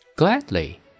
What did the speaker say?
Gladly